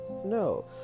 No